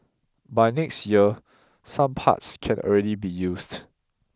by next year some parts can already be used